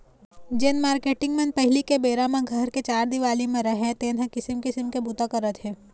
जेन मारकेटिंग मन पहिली के बेरा म घर के चार देवाली म राहय तेन ह किसम किसम के बूता करत हे